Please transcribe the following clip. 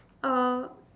uh